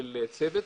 של צוות,